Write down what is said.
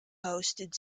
hosted